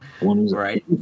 Right